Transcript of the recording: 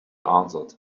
answered